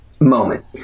moment